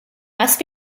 must